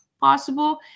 possible